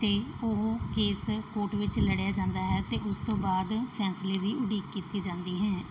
ਅਤੇ ਉਹ case court ਵਿੱਚ ਲੜਿਆ ਜਾਂਦਾ ਹੈ ਅਤੇ ਉਸ ਤੋਂ ਬਾਅਦ ਫੈਸਲੇ ਦੀ ਉਡੀਕ ਕੀਤੀ ਜਾਂਦੀ ਹੈ